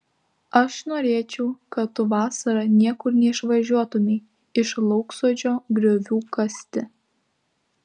aš norėčiau kad tu vasarą niekur neišvažiuotumei iš lauksodžio griovių kasti